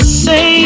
say